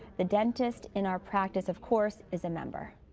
the dentist in our practice, of course, is a member.